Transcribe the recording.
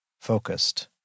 focused